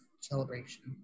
celebration